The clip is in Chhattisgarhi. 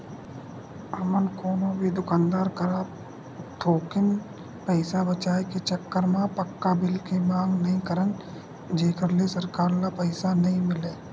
हमन कोनो भी दुकानदार करा थोकिन पइसा बचाए के चक्कर म पक्का बिल के मांग नइ करन जेखर ले सरकार ल पइसा नइ मिलय